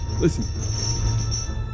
Listen